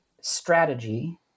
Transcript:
strategy